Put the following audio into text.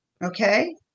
okay